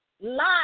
Lot